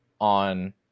on